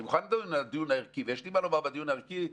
אני מוכן לדון בנושא הערכי ויש לי מה לומר בדיון הערכי.